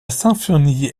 symphonie